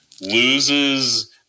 Loses